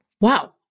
Wow